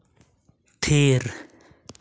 ᱛᱷᱤᱨ